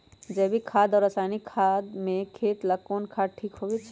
जैविक खाद और रासायनिक खाद में खेत ला कौन खाद ठीक होवैछे?